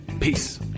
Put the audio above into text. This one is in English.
Peace